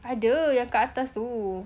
ada yang kat atas tu